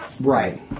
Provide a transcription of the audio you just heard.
right